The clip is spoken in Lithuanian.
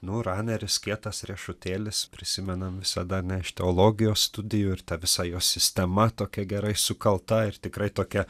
nu raneris kietas riešutėlis prisimenam visada ne iš teologijos studijų ir ta visa jo sistema tokia gerai sukalta ir tikrai tokia